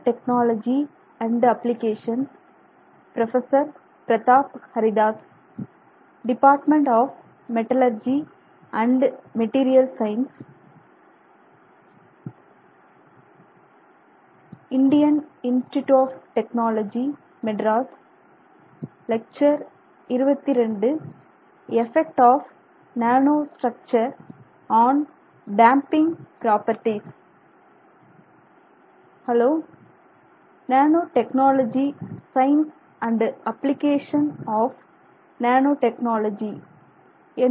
hello nano technology science and application of nano technology Nanotechnology the Science and Applications of Nanotechnology